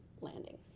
landing